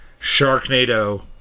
Sharknado